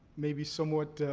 maybe somewhat